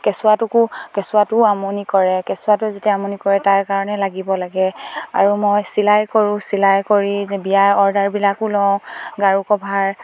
কেঁচুৱাটোকো কেঁচুৱাটোৱেও আমনি কৰে কেঁচুৱাটোৱে যেতিয়া আমনি কৰে তাৰ কাৰণে লাগিব লাগে আৰু মই চিলাই কৰোঁ চিলাই কৰি যে বিয়াৰ অৰ্ডাৰবিলাকো লওঁ গাৰু কভাৰ